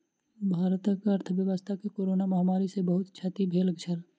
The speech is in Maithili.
भारतक अर्थव्यवस्था के कोरोना महामारी सॅ बहुत क्षति भेल छल